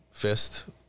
fist